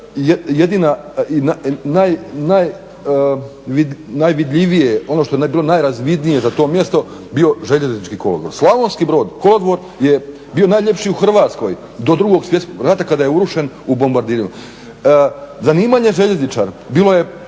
jedina i najvidljivije, ono što je bilo najrazvidnije za to mjesto bio željeznički kolodvor. Slavonski Brod kolodvor je bio najljepši u Hrvatskoj do Drugog svjetskog rata kada je urušen u bombardiranju. Zanimanje željezničar bilo je